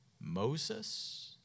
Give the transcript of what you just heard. Moses